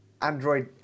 Android